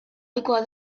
ohikoa